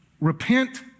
repent